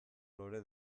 lore